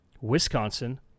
Wisconsin